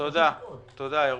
תודה, ירון.